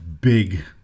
big